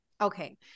Okay